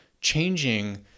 changing